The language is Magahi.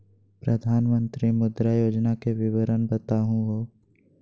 प्रधानमंत्री मुद्रा योजना के विवरण बताहु हो?